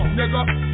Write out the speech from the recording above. nigga